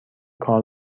کار